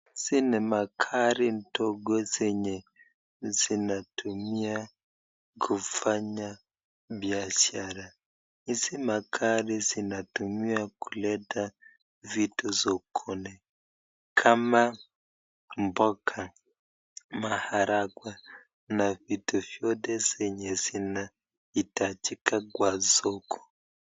Hizi ni magari ndogo zenye zinatumiwa kufanya biashara. Hizi magari zinatumiwa kuleta vitu sokoni kama; mboga, maharagwe na vitu zote zenye zinahitajika kwa soko.